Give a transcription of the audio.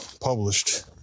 published